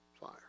fire